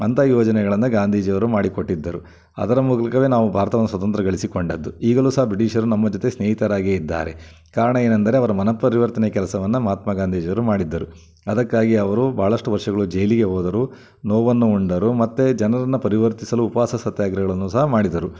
ಅಂಥ ಯೋಜನೆಗಳನ್ನು ಗಾಂಧೀಜಿಯವರು ಮಾಡಿಕೊಟ್ಟಿದ್ದರು ಅದರ ಮೂಲಕವೇ ನಾವು ಭಾರತವನ್ನು ಸ್ವತಂತ್ರ ಗಳಿಸಿಕೊಂಡಿದ್ದು ಈಗಲೂ ಸಹ ಬ್ರಿಟಿಷರು ನಮ್ಮ ಜೊತೆ ಸ್ನೇಹಿತರಾಗೇ ಇದ್ದಾರೆ ಕಾರಣ ಏನೆಂದರೆ ಅವರ ಮನಃಪರಿವರ್ತನೆ ಕೆಲ್ಸವನ್ನು ಮಹಾತ್ಮ ಗಾಂಧೀಜಿಯವರು ಮಾಡಿದ್ದರು ಅದಕ್ಕಾಗಿ ಅವರು ಭಾಳಷ್ಟು ವರ್ಷಗಳು ಜೈಲಿಗೆ ಹೋದರು ನೋವನ್ನು ಉಂಡರು ಮತ್ತು ಜನ್ರನ್ನು ಪರಿವರ್ತಿಸಲು ಉಪವಾಸ ಸತ್ಯಾಗ್ರಹಗಳನ್ನು ಸಹ ಮಾಡಿದರು